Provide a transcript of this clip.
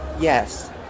Yes